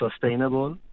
sustainable